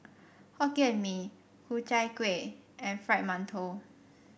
hokkien and mee Ku Chai Kueh and Fried Mantou